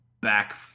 back